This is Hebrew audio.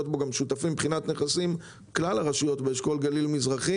בו גם שותפים מבחינת נכנסים כלל הרשויות באשכול גליל מרכזי.